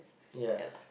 ya